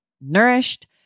nourished